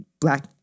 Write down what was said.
black